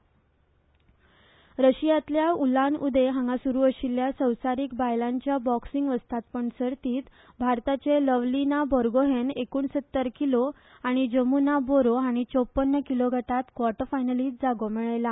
बॉक्सिंग रशियातल्या Ulan Ude हांगा सुरू आशिल्ल्या संवसारिक बायलांच्या बॉक्सिंग वस्तादपण सर्तीत भारताचे लवलीना बॉरगोहेन एकुणसत्तर किलो आनी जमुना बोरो हाणी चौप्पन्न किलो गटात क्वॉर्टरफायनलीत जागो मेळयला